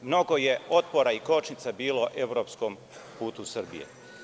Mnogo je otpora i kočnica bilo evropskom putu Srbije.